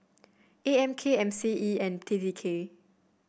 A M K M C E and T T K